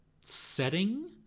setting